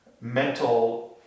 mental